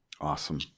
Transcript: Awesome